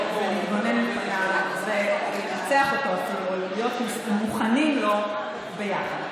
ולהתגונן מפניו ואפילו לנצח אותו או להיות מוכנים לו ביחד.